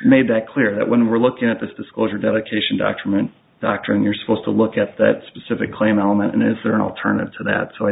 made that clear that when we're looking at this disclosure dedication document doctoring you're supposed to look at that specific claim element and is there an alternative to that so i